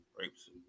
rapes